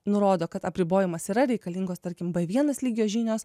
nurodo kad apribojimas yra reikalingos tarkim b vienas lygio žinios